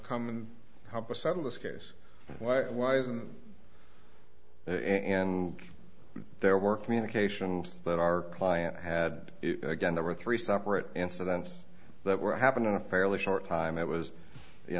come and help us settle this case why why isn't in there were communications that our client had again there were three separate incidents that were happening a fairly short time it was you